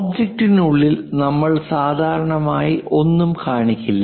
ഒബ്ജക്റ്റിനുള്ളിൽ നമ്മൾ സാധാരണയായി ഒന്നും കാണിക്കില്ല